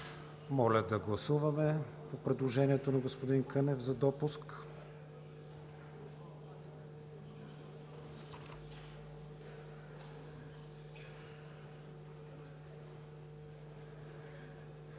Моля да гласуваме предложението на господин Кънев за допуск